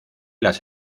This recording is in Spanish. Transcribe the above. las